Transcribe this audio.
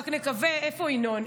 רק נקווה, איפה ינון?